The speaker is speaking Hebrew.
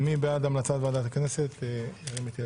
מי בעד המלצת ועדת הכנסת ירים את ידו.